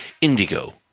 Indigo